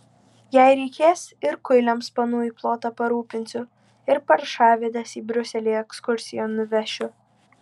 jei reikės ir kuiliams panų į plotą parūpinsiu ir paršavedes į briuselį ekskursijon nuvešiu